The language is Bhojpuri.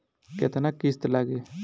केतना किस्त लागी?